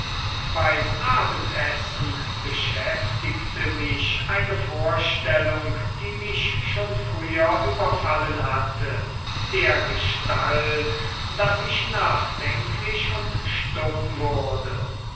beim abendessen beschäftigte mich eine vorstellung die mich schon früher überfallen hatte dergestalt daß ich nachdenklich und stumm wurde